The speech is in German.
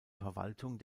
verwaltung